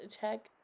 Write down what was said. check